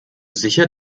sicher